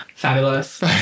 Fabulous